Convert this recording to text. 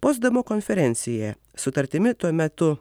potsdamo konferencija sutartimi tuo metu